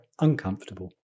uncomfortable